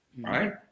right